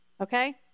Okay